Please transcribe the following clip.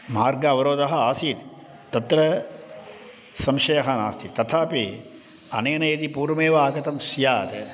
मार्ग अवरोधः आसीत् तत्र संशयः नास्ति तथापि अनेन यदि पूर्वमेव आगतं स्यात्